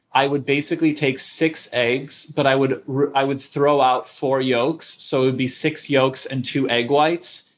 i would basically take six eggs, but i would i would throw out four yolks. so it would be six yolks and two egg whites.